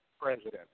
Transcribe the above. president